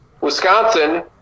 Wisconsin